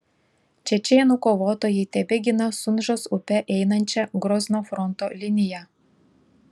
čečėnų kovotojai tebegina sunžos upe einančią grozno fronto liniją